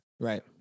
Right